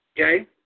Okay